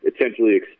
essentially